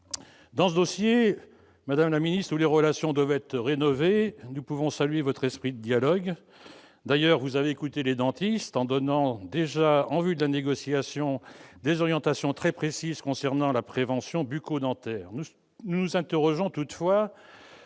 Dans ce dossier, où les relations devaient être rénovées, nous pouvons saluer votre esprit de dialogue. D'ailleurs, vous avez écouté les dentistes, en donnant déjà, en vue de la négociation, des orientations très précises concernant la prévention bucco-dentaire. Nous nous interrogeons toutefois